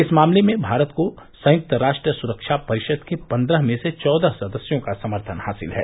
इस मामले में भारत को संयुक्त राष्ट्र सुरक्षा परिषद के पन्द्रह में से चौदह सदस्यों का समर्थन हासिल है